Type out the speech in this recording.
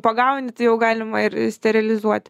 pagauni tai jau galima ir sterilizuoti